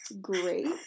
Great